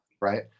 right